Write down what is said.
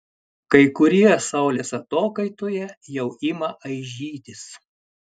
kai kurie saulės atokaitoje jau ima aižytis